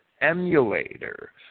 emulator